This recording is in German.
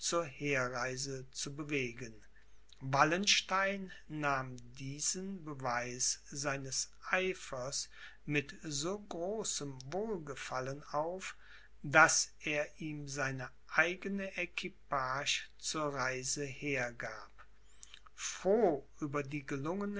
herreise zu bewegen wallenstein nahm diesen beweis seines eifers mit so großem wohlgefallen auf daß er ihm seine eigene equipage zur reise hergab froh über die gelungene